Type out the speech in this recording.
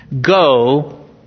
go